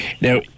Now